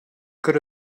could